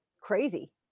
Crazy